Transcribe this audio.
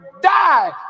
die